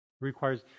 requires